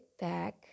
back